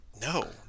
No